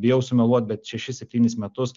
bijau sumeluot bet šešis septynis metus